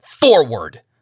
forward